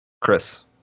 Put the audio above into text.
Chris